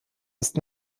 ist